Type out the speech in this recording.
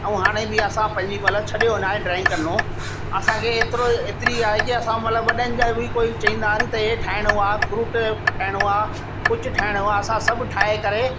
ऐं हाणे बि असां पंहिंजी महिल छॾियो न आहे ड्राईंग करिणो असांखे एतिरो एतिरो आहे की असां मतिलबु वॾनि जा बि कोई चवंदा आहिनि इहे ठाहिणो आहे फ्रूट जो ठाहिणो आहे कुझु ठाहिणो असां सभु ठाहे करे